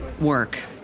work